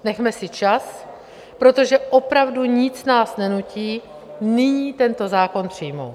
Nechme si čas, protože opravdu nic nás nenutí nyní tento zákon přijmout.